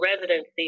residency